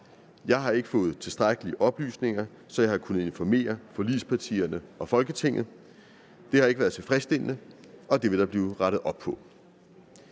Jeg har ikke fået tilstrækkelige oplysninger, så jeg har kunnet informere forligspartierne og Folketinget. Det har ikke været tilfredsstillende, og det vil der blive rettet op på.